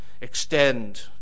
extend